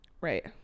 Right